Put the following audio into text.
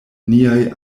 niaj